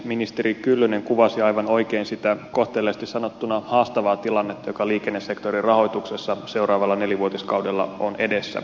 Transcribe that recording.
ministeri kyllönen kuvasi aivan oikein sitä kohteliaasti sanottuna haastavaa tilannetta joka liikennesektorin rahoituksessa seuraavalla nelivuotiskaudella on edessä